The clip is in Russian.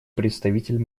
представитель